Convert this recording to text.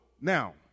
now